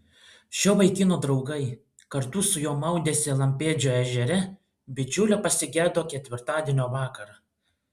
šio vaikino draugai kartu su juo maudęsi lampėdžio ežere bičiulio pasigedo ketvirtadienio vakarą